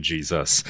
Jesus